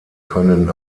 können